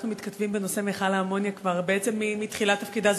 אנחנו מתכתבים בנושא מכל האמוניה כבר בעצם מתחילת תפקידך.